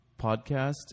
podcast